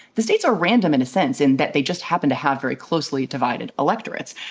the states are random in a sense, in that they just happen to have very closely divided electorates,